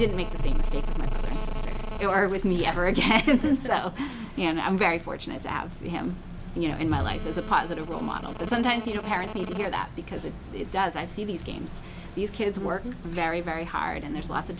didn't make the same mistake you are with me ever again and i'm very fortunate to have him you know in my life is a positive role model that sometimes you know parents need to hear that because it does i see these games these kids work very very hard and there's a lot of